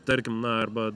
tarkim na arba